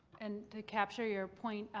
and to capture your point,